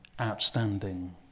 Outstanding